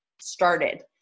started